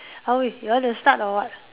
how is you want to start or what